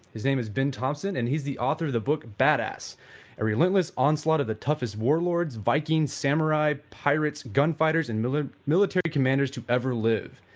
his name is ben thompson and he is the author of the book badass a relentless onslaught of the toughest warlords, vikings, samurai, pirates, gunfighters, and military military commanders to ever live.